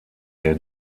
der